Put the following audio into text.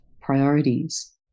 priorities